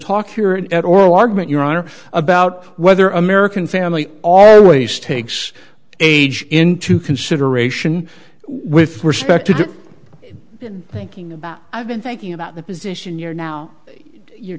talk here an oral argument your honor about whether american family always takes age into consideration with respect to thinking about i've been thinking about the position you're now you're